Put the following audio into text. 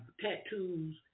tattoos